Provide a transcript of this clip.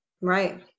right